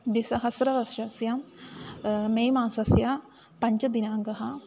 द्विसहस्रवर्षस्य मे मासस्य पञ्चदिनाङ्कः